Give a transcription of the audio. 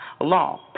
law